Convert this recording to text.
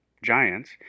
Giants